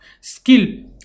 skill